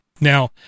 Now